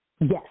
Yes